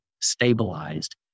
stabilized